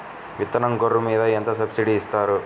విత్తనం గొర్రు మీద ఎంత సబ్సిడీ ఇస్తారు?